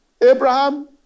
Abraham